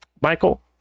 Michael